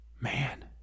Man